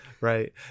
Right